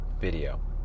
video